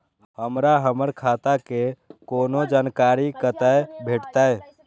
हमरा हमर खाता के कोनो जानकारी कतै भेटतै?